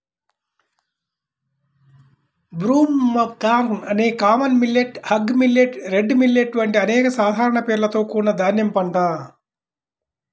broomcorn అనేది common millet, hog millet, red millet వంటి అనేక సాధారణ పేర్లతో కూడిన ధాన్యం పంట